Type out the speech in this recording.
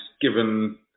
given